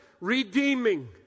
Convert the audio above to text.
redeeming